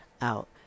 out